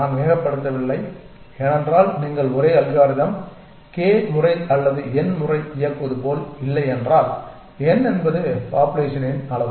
நான் வேகப்படுத்தவில்லை ஏனென்றால் நீங்கள் ஒரே அல்காரிதம் k முறை அல்லது n முறை இயக்குவது போல் இல்லை என்றால் n என்பது பாப்புலேஷனின் அளவு